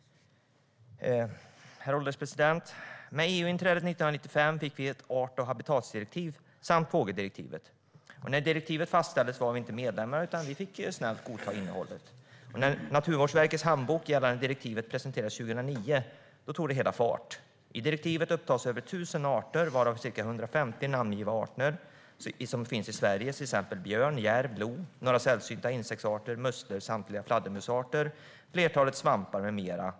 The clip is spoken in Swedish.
Fru ålderspresident! Med EU-inträdet 1995 fick vi ett art och habitatdirektiv samt fågeldirektivet. När direktivet fastställdes var vi inte medlemmar, utan vi fick snällt godta innehållet. När Naturvårdsverkets handbok gällande direktivet presenterades 2009 tog det hela fart. I direktivet upptas över 1 000 arter, varav ca 150 namngivna arter som finns i Sverige, till exempel björn, djärv och lo, några sällsynta insektsarter, musslor, samtliga fladdermusarter, flertalet svampar med mera.